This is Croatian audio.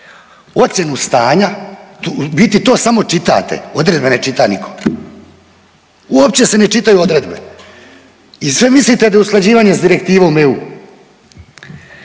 ocjenu stanja. U biti to samo čitate, odredbe ne čita nitko. Uopće se ne čitaju odredbe. I sve mislite da je usklađivanje sa direktivom EU.